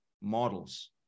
models